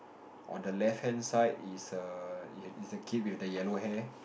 on the left hand side is a is a yellow kid with a yellow hair